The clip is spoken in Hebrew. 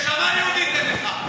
נשמה יהודית אין לך.